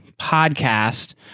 podcast